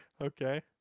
okay